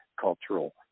cultural